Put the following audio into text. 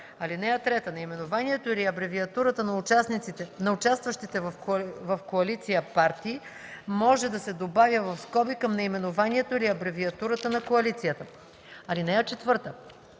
(3) Наименованието или абревиатурата на участващите в коалиция партии може да се добавя в скоби към наименованието или абревиатурата на коалицията. (4)